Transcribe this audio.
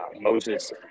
Moses